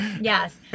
Yes